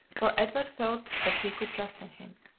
for edward felt that he could trust in him.